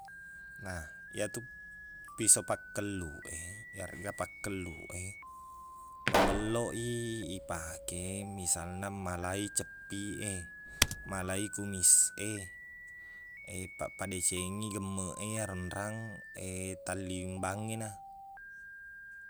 Nah iyatu piso pakkelluq e iyareqga pakkelluq e mabelloq i ipake misalna malai ceppi e malai kumis e pappadecengeng i gemmeq e ero nrang tallimbang e na